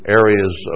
areas